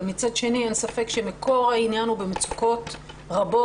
אבל מצד שני אין ספק שמקור העניין במצוקות רבות,